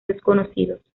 desconocidos